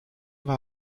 war